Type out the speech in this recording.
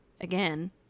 again